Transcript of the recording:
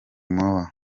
more